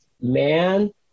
man